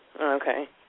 Okay